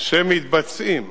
שמתבצעים